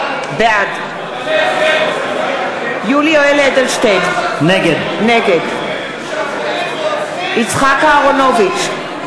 בעד יולי יואל אדלשטיין, נגד יצחק אהרונוביץ,